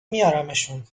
میارمشون